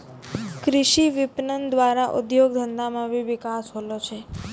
कृषि विपणन द्वारा उद्योग धंधा मे भी बिकास होलो छै